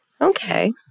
Okay